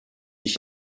ich